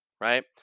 right